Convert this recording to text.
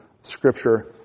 Scripture